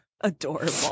adorable